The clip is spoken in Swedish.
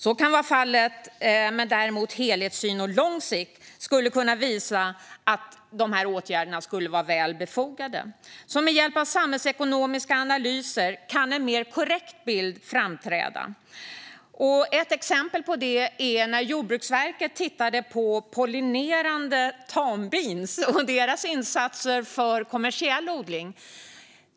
Så kan vara fallet, men däremot kan helhetssyn och lång sikt visa att åtgärderna skulle vara väl befogade. Med hjälp av samhällsekonomiska analyser kan alltså en mer korrekt bild framträda. Ett exempel är när Jordbruksverket tittade på pollinerande tambins insatser i kommersiell odling.